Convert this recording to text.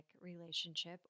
relationship